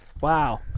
Wow